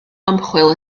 ymchwil